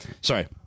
Sorry